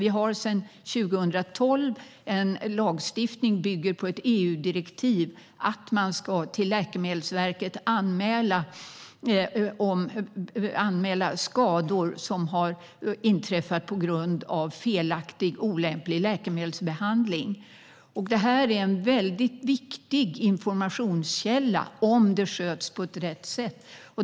Vi har sedan 2012 en lagstiftning som bygger på ett EU-direktiv och som säger att man ska anmäla skador som har inträffat på grund av felaktig och olämplig läkemedelsbehandling till Läkemedelsverket. Detta är en viktig informationskälla om det sköts på rätt sätt.